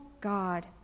God